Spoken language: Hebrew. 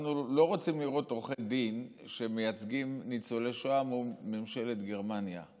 אנחנו לא רוצים לראות עורכי דין שמייצגים ניצולי שואה מול ממשלת גרמניה.